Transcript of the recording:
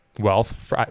wealth